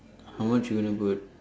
how much you gonna put